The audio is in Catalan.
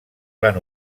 van